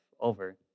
over